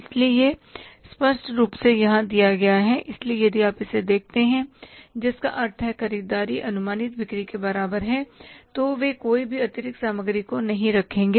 इसलिए यह स्पष्ट रूप से यहां दिया गया है इसलिए यदि आप इसे देखते हैं जिसका अर्थ है कि ख़रीददारी अनुमानित बिक्री के बराबर है तो वे कोई भी अतिरिक्त सामग्री को नहीं रखेंगे